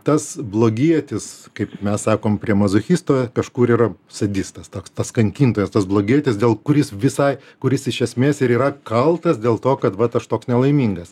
tas blogietis kaip mes sakom prie mazochisto kažkur yra sadistas toks tas kankintojas tas blogietis dėl kuris visai kuris iš esmės ir yra kaltas dėl to kad vat aš toks nelaimingas